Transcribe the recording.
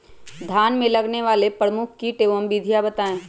धान में लगने वाले प्रमुख कीट एवं विधियां बताएं?